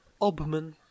Obman